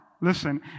listen